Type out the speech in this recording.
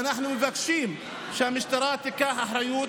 ואנחנו מבקשים שהמשטרה תיקח אחריות,